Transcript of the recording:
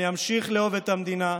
אני אמשיך לאהוב את המדינה,